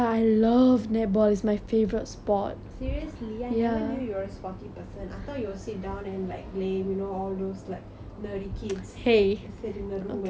seriously I never knew you were a sporty person I thought you will sit down and like play you know all those like nerdy kids played sit in a room and play game board games kind of girl